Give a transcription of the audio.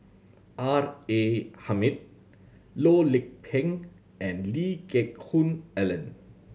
R A Hamid Loh Lik Peng and Lee Geck Hoon Ellen